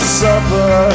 supper